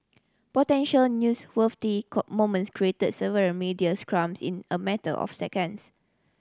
potential news cop moments created several media scrums in a matter of seconds